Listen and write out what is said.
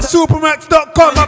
Supermax.com